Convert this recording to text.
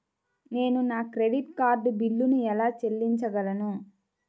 నేను నా credit card బిల్లును ఎలా చెల్లించగలను?